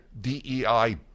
DEI